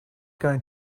going